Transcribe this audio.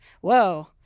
whoa